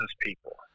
people